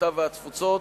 הקליטה והתפוצות,